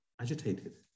agitated